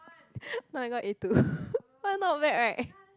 no I got a-two but not bad right